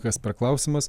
kas per klausimas